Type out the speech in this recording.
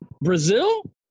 Brazil